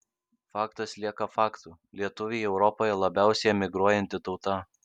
faktas lieka faktu lietuviai europoje labiausiai emigruojanti tauta